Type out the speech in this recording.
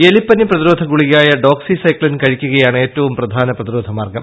എലിപ്പനി പ്രതിരോധ ഗുളികയായ ഡോക്സിസൈക്സിൻ കഴിക്കുകയാണ് ഏറ്റവും പ്രധാന പ്രതിരോധ മാർഗ്ഗം